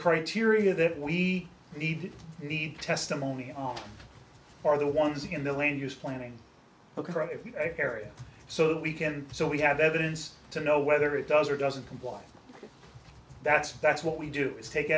criteria that we need we need testimony on are the ones in the land use planning area so that we can so we have evidence to know whether it does or doesn't comply that's that's what we do is take